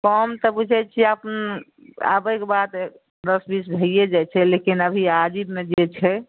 कम तऽ बुझैत छियै आब आबैके बाद दश बीस भैए जाइत छै लेकिन अभी आजीबमे जे छै